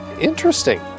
interesting